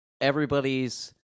everybody's